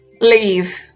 leave